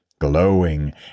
glowing